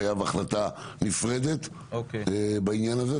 חייב החלטה נפרדת בעניין הזה,